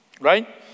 right